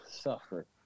suffer